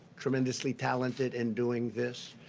tremendously tal linted and doing this.